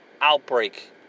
outbreak